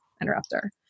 interrupter